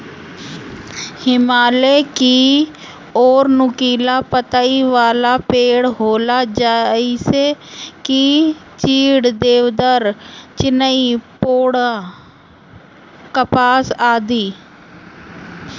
हिमालय की ओर नुकीला पतइ वाला पेड़ होला जइसे की चीड़, देवदार, चिनार, पोड़ोकार्पस आदि